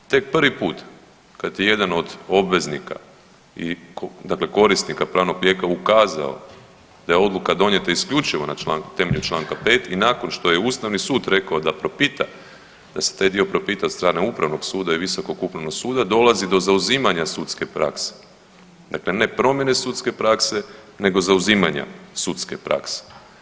Tek prvi put kad je jedan od obveznika i dakle korisnika pravnog lijeka ukazao da je odluka donijeta isključivo na temelju Članka 5. i nakon što je Ustavni sud rekao da propita, da se taj dio propita od strane Upravnog suda i Visokog upravnog suda dolazi do zauzimanja sudske prakse, dakle ne promjene sudske prakse nego zauzimanja sudske prakse.